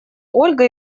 ольга